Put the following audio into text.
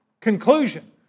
Conclusion